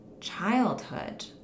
childhood